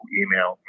email